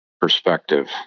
perspective